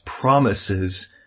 promises